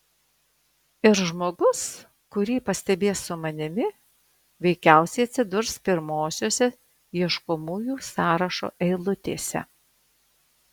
ir žmogus kurį pastebės su manimi veikiausiai atsidurs pirmosiose ieškomųjų sąrašo eilutėse